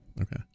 Okay